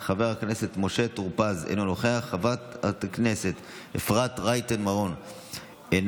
חברת הכנסת טטיאנה מזרסקי,